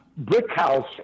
Brickhouse